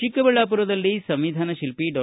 ಚಿಕ್ಕಬಳ್ಳಾಪುರದಲ್ಲಿ ಸಂವಿಧಾನತಿಲ್ಲಿ ಡಾ